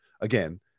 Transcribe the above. again